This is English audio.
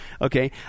Okay